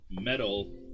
Metal